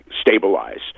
stabilize